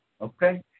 Okay